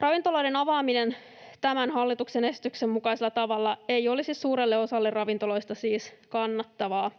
Ravintoloiden avaaminen tämän hallituksen esityksen mukaisella tavalla ei olisi suurelle osalle ravintoloista siis kannattavaa.